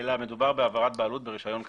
אלא מדובר בהעברת בעלות ברישיון קיים.